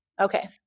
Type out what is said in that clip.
Okay